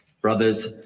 brothers